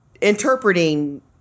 interpreting